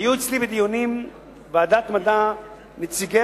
היו אצלי בדיונים בוועדת המדע נציגי